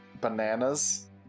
bananas